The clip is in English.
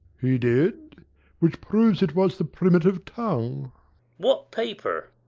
he did which proves it was the primitive tongue what paper?